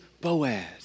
Boaz